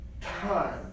time